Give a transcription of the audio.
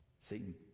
Satan